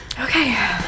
okay